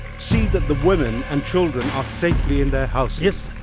see that the women and children are safely in their houses! yes,